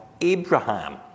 Abraham